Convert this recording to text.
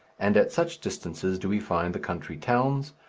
and at such distances do we find the country towns,